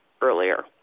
earlier